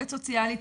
עובדת סוציאלית,